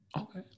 Okay